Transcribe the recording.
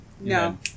No